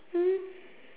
mm